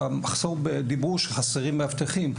אמרו שחסרים מאבטחים.